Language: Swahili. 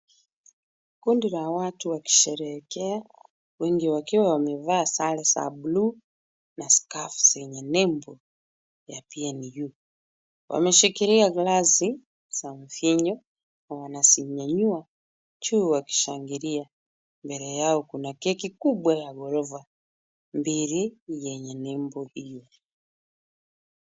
Kundi la watu wakisherehekea wengi wakiwa wamevaa sare za bluu na skafu zenye nembo ya PNU. Wameshikilia glasi za mvinyo na wanazinyanyua juu wakishangilia mbele yao kuna keki kubwa ya ghorofa mbili yenye nembo hiyo.